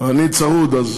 אני צרוד, אז